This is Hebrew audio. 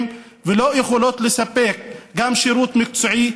ולא יכולות לספק גם שירות מקצועי,